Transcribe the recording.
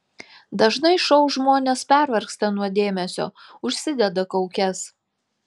dažnai šou žmonės pervargsta nuo dėmesio užsideda kaukes